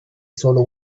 solo